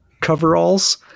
coveralls